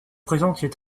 présentent